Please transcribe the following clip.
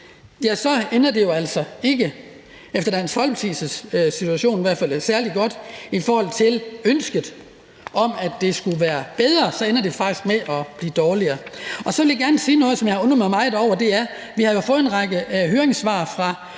opfattelse særlig godt, når det gælder ønsket om, at det skal være bedre. Så ender det faktisk med at blive dårligere. Så vil jeg gerne nævne noget, som jeg har undret mig meget over. Vi har jo fået en række høringssvar, og